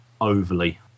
overly